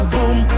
Boom